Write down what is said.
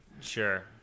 Sure